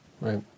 Right